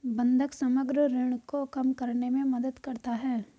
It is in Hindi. बंधक समग्र ऋण को कम करने में मदद करता है